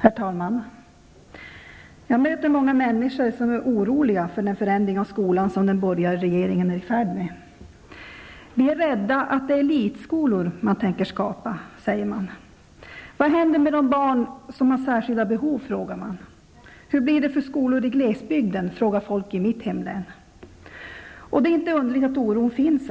Herr talman! Jag möter många människor som är oroliga för den förändring av skolan som den borgerliga regeringen är i färd med att genomföra. Vi är rädda att det är elitskolor man tänker skapa, säger man. Vad händer med de barn som har särskilda behov? frågar man. Hur blir det för skolorna i glesbygden? frågar folk i mitt hemlän. Det är inte underligt att oron finns.